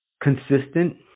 consistent